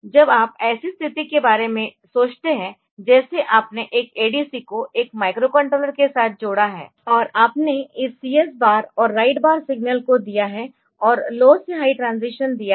जब आप ऐसी स्थिति के बारे में सोचते है जैसे आपने एक ADC को एक माइक्रोकंट्रोलर के साथ जोड़ा है और आपने इस CS बार और राइट बार सिग्नल को दिया है और लो से हाई ट्रांजीशन दिया है